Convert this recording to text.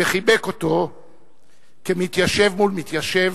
וחיבק אותו כמתיישב מול מתיישב,